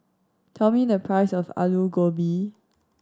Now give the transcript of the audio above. tell me the price of Aloo Gobi